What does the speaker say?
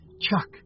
Chuck